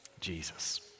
Jesus